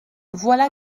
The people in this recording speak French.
voilà